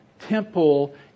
temple